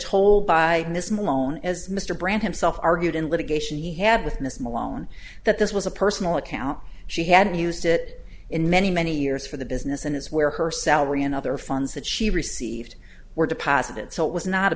told by ms malone as mr brand himself argued in litigation he had with miss malone that this was a personal account she had used it in many many years for the business and is where her salary and other funds that she received were deposited so it was not a